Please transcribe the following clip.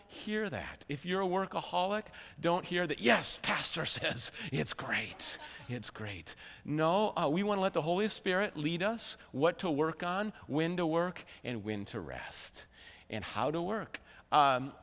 hear that if you're a workaholic don't hear that yes pastor says it's great it's great no we want to let the holy spirit lead us what to work on window work and when to rest and how to work